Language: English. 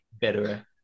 Better